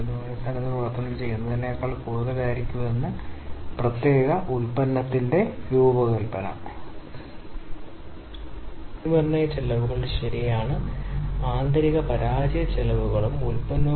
അതിനാൽ ഗുണനിലവാരം നഷ്ടപ്പെടുന്നത് ശരിക്കും സംഭവിക്കുന്നു ടാർഗെറ്റിൽ നിന്ന് ഉൽപ്പന്നത്തിന്റെ പ്രവർത്തന സവിശേഷതകളുടെ വ്യതിയാനം ഉണ്ടാകുമ്പോൾ മൂല്യങ്ങൾ